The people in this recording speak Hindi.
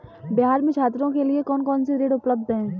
बिहार में छात्रों के लिए कौन कौन से ऋण उपलब्ध हैं?